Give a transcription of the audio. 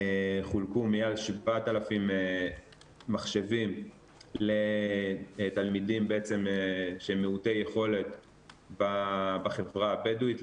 חולקו מעל 7,000 מחשבים לתלמידים שהם מיעוטי יכולת בחברה הבדואית,